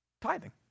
tithing